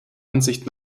ansicht